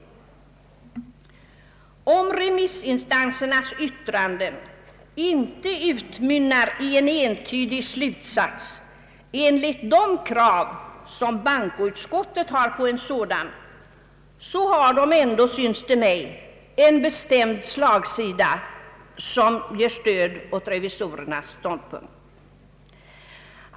Om remissinstansernas yttranden inte utmynnar i en entydig slutsats i enlighet med de krav som bankoutskottet har på en sådan, så har de ändå, synes det mig, en bestämd slagsida som ger stöd åt revisorernas ståndpunkt.